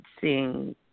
seeing